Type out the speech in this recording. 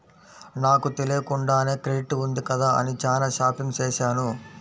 నాకు తెలియకుండానే క్రెడిట్ ఉంది కదా అని చానా షాపింగ్ చేశాను